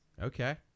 Okay